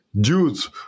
dudes